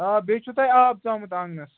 آ بیٚیہِ چھُ تۄہہِ آب ژامُت آنٛگنَس